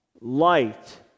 light